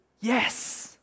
Yes